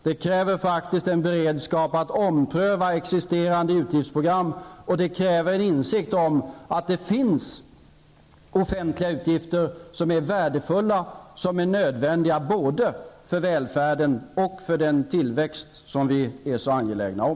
Det kräver faktiskt en beredskap att ompröva existerande utgiftsprogram, och det kräver en insikt om att det finns offentliga utgifter som är värdefulla och som är nödvändiga både för välfärden och för den tillväxt som vi är så angelägna om.